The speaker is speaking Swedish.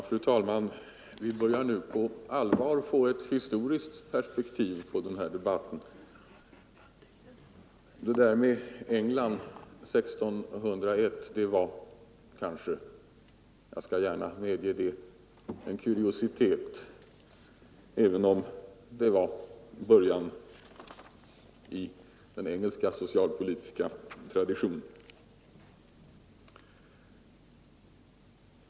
Fru talman! Nu börjar vi på allvar få ett historiskt perspektiv på denna debatt. Det där med England och året 1601 var kanske en kuriositet, jag skall gärna medge det, även om det var början på den engelska socialpolitiska traditionen.